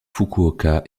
fukuoka